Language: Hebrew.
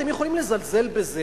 אתם יכולים לזלזל בזה,